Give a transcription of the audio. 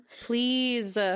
Please